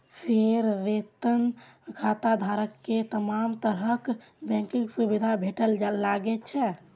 फेर वेतन खाताधारक कें तमाम तरहक बैंकिंग सुविधा भेटय लागै छै